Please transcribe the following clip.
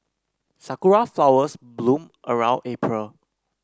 sakura flowers bloom around April